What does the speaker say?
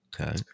Okay